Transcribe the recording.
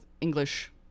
English